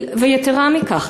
יתרה מכך,